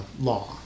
law